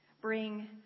bring